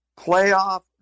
playoff